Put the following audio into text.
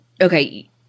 okay